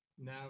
now